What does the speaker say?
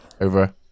over